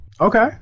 Okay